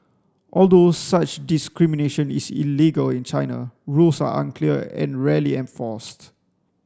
although such discrimination is illegal in China rules are unclear and rarely enforced